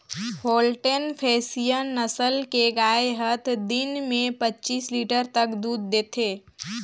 Holstein Friesian नसल के गाय हत दिन में पच्चीस लीटर तक दूद देथे